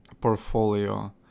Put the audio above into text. portfolio